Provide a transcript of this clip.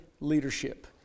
leadership